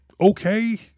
okay –